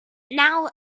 now